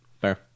Fair